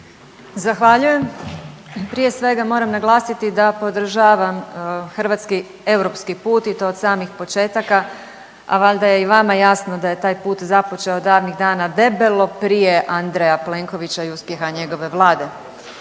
Zahvaljujem. Prije svega moram naglasiti da podržavam hrvatski europski put i to od samih početaka, a valjda je i vama jasno da je taj put započeo davnih dana debelo prije Andreja Plenkovića i uspjeha njegove Vlade.